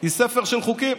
היא ספר של חוקים